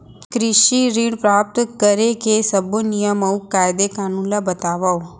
कृषि ऋण प्राप्त करेके सब्बो नियम अऊ कायदे कानून ला बतावव?